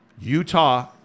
Utah